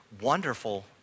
wonderful